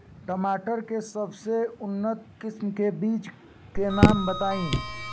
टमाटर के सबसे उन्नत किस्म के बिज के नाम बताई?